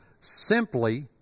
simply